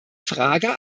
frage